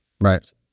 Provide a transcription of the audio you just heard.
Right